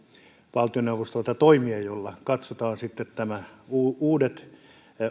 valtioneuvostolta toimia joilla katsotaan sitten nämä uudet